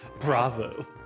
Bravo